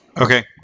Okay